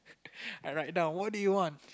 I write down what do you wants